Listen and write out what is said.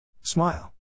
Smile